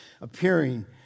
appearing